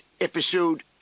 episode